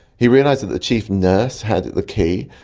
he realised that the chief nurse had the key,